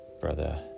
brother